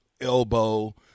elbow